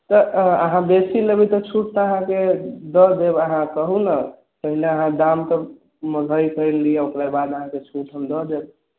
तऽ अहाँ बेसी लेबै तऽ छूट तऽ अहाँके दऽ देब अहाँ कहू ने पहिने अहाँ दाम तऽ तोड़ि लिअऽ ओकरा बाद हम अहाँकेँ छूट हम दऽ देब